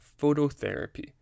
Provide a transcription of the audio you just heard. phototherapy